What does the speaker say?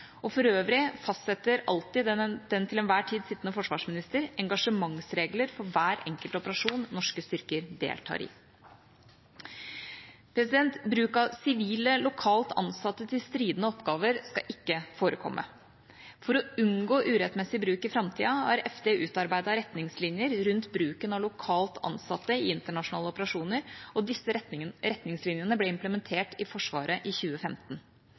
For øvrig fastsetter alltid den til enhver tid sittende forsvarsminister engasjementsregler for hver enkelt operasjon norske styrker deltar i. Bruk av sivile lokalt ansatte til stridende oppgaver skal ikke forekomme. For å unngå urettmessig bruk i framtida har Forsvarsdepartementet utarbeidet retningslinjer rundt bruken av lokalt ansatte i internasjonale operasjoner, og disse retningslinjene ble implementert i Forsvaret i 2015.